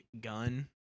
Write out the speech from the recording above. gun